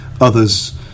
Others